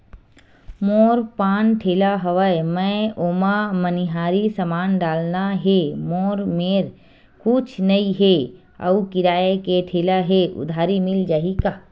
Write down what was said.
मोर पान ठेला हवय मैं ओमा मनिहारी समान डालना हे मोर मेर कुछ नई हे आऊ किराए के ठेला हे उधारी मिल जहीं का?